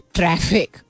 traffic